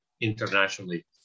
internationally